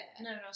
No